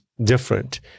different